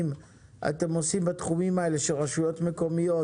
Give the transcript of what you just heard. אתם עושים בתחומים האלה של רשויות מקומיות,